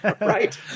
Right